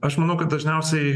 aš manau kad dažniausiai